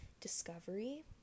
discovery